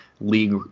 league